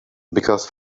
because